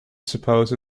suppose